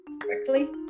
correctly